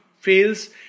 fails